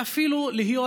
ואפילו להיות,